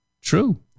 True